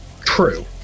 True